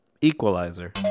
Equalizer